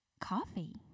Coffee